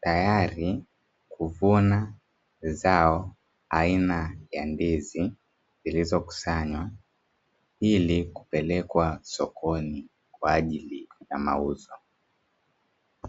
tayari kuvuna zao aina ya ndizi, zilizokusanywa ili kupelekwa sokoni kwa ajili ya mauzo.